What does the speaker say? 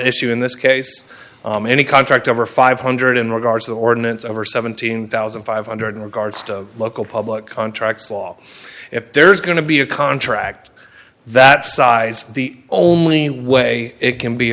issue in this case any contract over five hundred in regards to the ordinance over seventeen thousand five hundred in regards to local public contracts law if there's going to be a contract that size the only way it can be